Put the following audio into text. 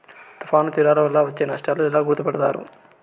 తుఫాను తీరాలు వలన వచ్చే నష్టాలను ఎలా గుర్తుపడతారు?